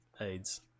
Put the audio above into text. AIDS